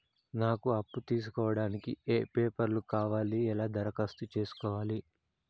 నాకు అప్పు తీసుకోవడానికి ఏ పేపర్లు కావాలి ఎలా దరఖాస్తు చేసుకోవాలి?